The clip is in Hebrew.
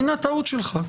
הינה הטעות שלך.